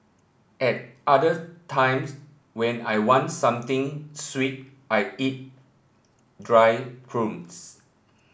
at other times when I want something sweet I eat dried prunes